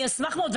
אני אשמח מאוד.